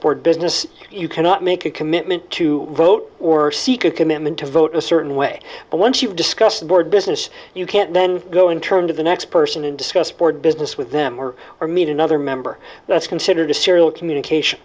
board business you cannot make a commitment to vote or seek a commitment to vote a certain way but once you discuss the board business you can't then go in terms of the next person and discuss board business with them or are meet another member that's considered a serial communication